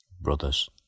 brothers